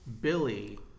Billy